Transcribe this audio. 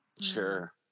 Sure